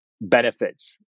benefits